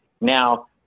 now